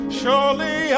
surely